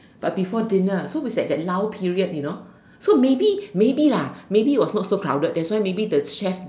but before dinner so with that that lull period you know so maybe maybe lah maybe it was not so crowded that's why maybe the chef